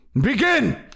begin